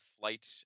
flight